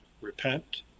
repent